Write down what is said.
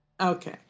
Okay